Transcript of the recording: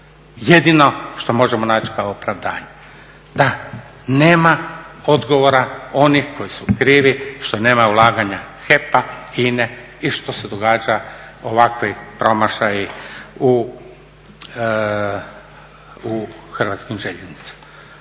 jedino što možemo naći kao opravdanje. Da, nema odgovora onih koji su krivi što nema ulaganja HEP-a, INA-e i što se događaju ovakvi promašaji u Hrvatskim željeznicama.